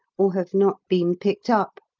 or have not been picked up.